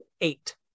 eight